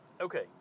Okay